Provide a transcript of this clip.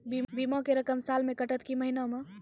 बीमा के रकम साल मे कटत कि महीना मे?